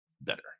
better